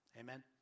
Amen